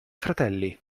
fratelli